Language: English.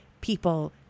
people